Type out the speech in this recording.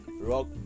rock